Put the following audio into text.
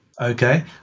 Okay